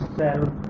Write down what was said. self